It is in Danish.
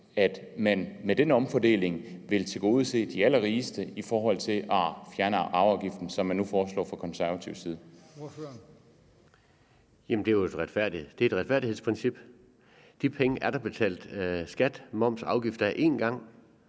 at man med den omfordeling vil tilgodese de allerrigeste i forhold til at fjerne arveafgiften, hvilket man nu foreslår fra konservativ side? Kl. 15:50 Formanden: Ordføreren. Kl. 15:50 Mike Legarth (KF): Jamen det er jo et retfærdighedsprincip. De penge er der betalt skat, moms og afgifter af én gang.